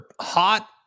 hot